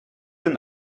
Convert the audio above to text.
denn